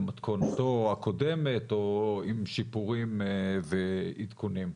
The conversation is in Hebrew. במתכונתו הקודמת או עם שיפורים ועדכונים.